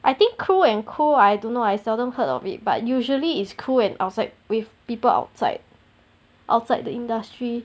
I think crew and crew I don't know I seldom heard of it but usually is crew and outside with people outside outside the industry